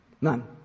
None